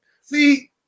see